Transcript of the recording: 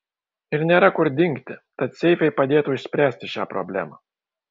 ir nėra kur dingti tad seifai padėtų išspręsti šią problemą